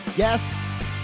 Yes